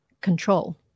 control